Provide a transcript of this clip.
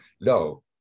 no